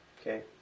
Okay